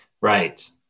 Right